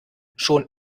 schon